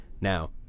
Now